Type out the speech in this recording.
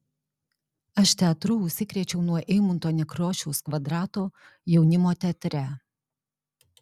aš teatru užsikrėčiau nuo eimunto nekrošiaus kvadrato jaunimo teatre